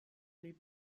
les